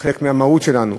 חלק מהמהות שלנו,